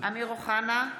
אמיר אוחנה,